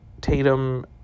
Tatum